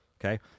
Okay